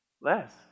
Less